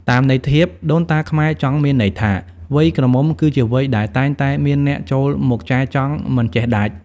តាមន័យធៀប ដូនតាខ្មែរចង់មានន័យថា វ័យក្រមុំគឺជាវ័យដែលតែងតែមានអ្នកចូលមកចែចង់មិនចេះដាច់។